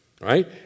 Right